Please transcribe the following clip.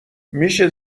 میشه